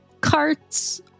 carts